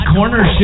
Corner